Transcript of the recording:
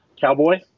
Cowboy